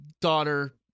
daughter